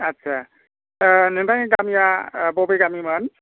आच्चा नोंथांनि गामिया बबे गामिमोन